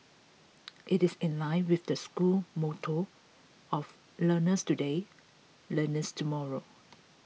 it is in line with the school motto of learners today learners tomorrow